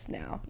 now